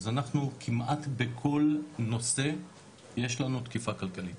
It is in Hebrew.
אז אנחנו כמעט בכל נושא יש לנו תקיפה כלכלית,